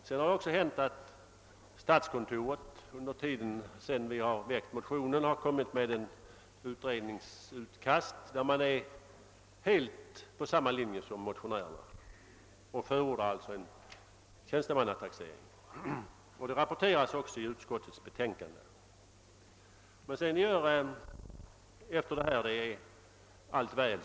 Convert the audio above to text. Under tiden sedan vi väckte motionen har också statskontoret lagt fram ett utredningsutkast som ligger helt i linje med motionärernas uppfattning och förordar en tjänstemannataxering. Detta rapporteras också i utskottets betänkande. Med detta är tydligen allt väl.